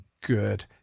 good